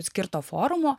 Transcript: skirto forumo